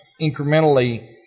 incrementally